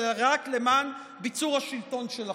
אלה רק למען ביצור השלטון שלכם.